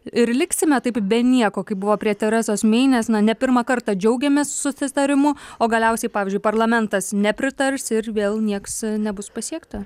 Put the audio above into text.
ir liksime taip be nieko kaip buvo prie teresos mey ne pirmą kartą džiaugiamės susitarimu o galiausiai pavyzdžiui parlamentas nepritars ir vėl nieks nebus pasiekta